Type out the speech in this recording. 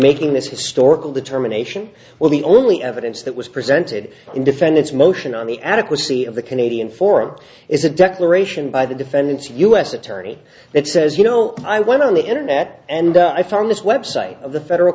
making this historical determination well the only evidence that was presented in defend its motion on the adequacy of the canadian forum is a declaration by the defendants u s attorney that says you know i went on the internet and i found this website of the federal